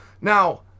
Now